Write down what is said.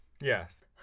Yes